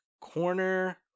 corner